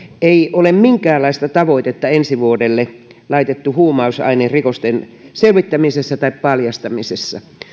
ei ole minkäänlaista tavoitetta ensi vuodelle laitettu huumausainerikosten selvittämiseen tai paljastamiseen